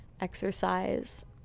exercise